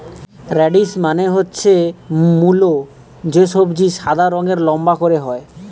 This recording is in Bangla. রেডিশ মানে হচ্ছে মূল যে সবজি সাদা রঙের লম্বা করে হয়